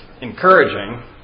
encouraging